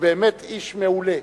הוא באמת איש מעולה.